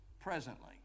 presently